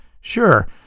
Sure